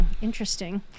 Interesting